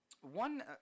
One